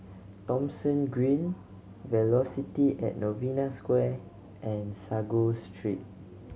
Thomson Green Velocity at Novena Square and Sago Street